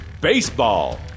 Baseball